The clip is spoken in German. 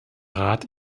rat